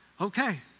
okay